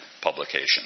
publication